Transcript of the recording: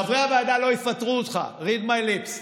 חברי הוועדה לא יפטרו אותך, read my lips.